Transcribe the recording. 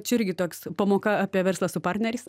čia irgi toks pamoka apie verslą su partneriais